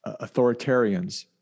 authoritarians